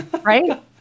Right